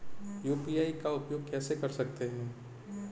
UPI का उपयोग कैसे कर सकते हैं?